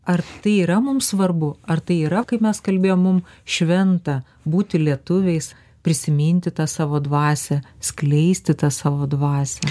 ar tai yra mums svarbu ar tai yra kaip mes kalbėjom mum šventa būti lietuviais prisiminti tą savo dvasią skleisti tą savo dvasią